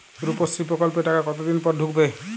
রুপশ্রী প্রকল্পের টাকা কতদিন পর ঢুকবে?